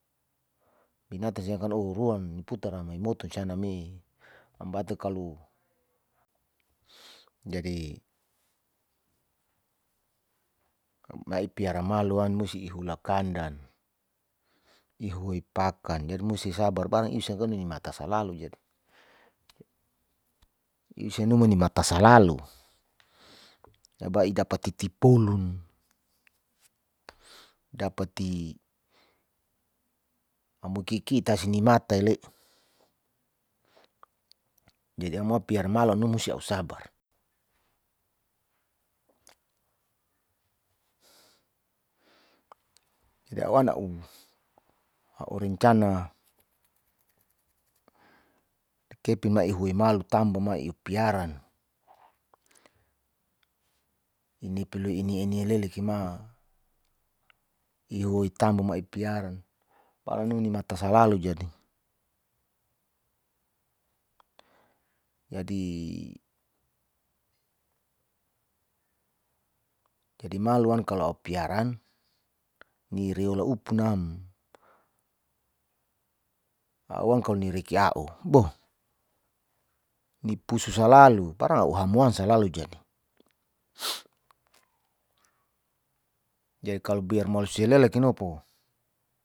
Binatan sia kalo uhuruam putara mai moto caname ambate kalo me a'i piara maloan musi ihula kandan, ihuwei pakan, jadi musi sabar barnag i'sa kan nimata salau jadi i'sia nimata salalu daba idapa titipolun dapati amuki kita si nimatai'le. Jadi aumau piara malon musti au sabar jadi auwan a'u a'u rencan kepima iheumalo tamaba ma iupiaran ini leli kima ihuwei tamba ma ipiaran paranni nimata salau jadi maloan kalo au piaran ni reola upu'nam au`wong kalo ni reki a'u boh ni pusu salalu para a'u hamwan salalu jadi jadi kalo mau silela kinopo.